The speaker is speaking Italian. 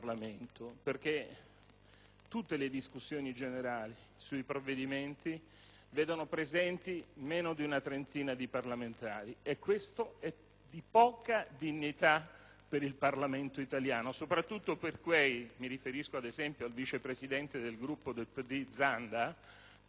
tutte le discussioni generali sui provvedimenti vedono presente meno di una trentina di parlamentari. Questo è segno di poca dignità per il Parlamento italiano, soprattutto per alcuni parlamentari - e mi riferisco, ad esempio, al Vice presidente del Gruppo del PD, senatore Zanda, che spesso fa interventi